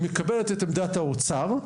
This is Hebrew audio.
משום שהיא מקבלת את עמדת האוצר,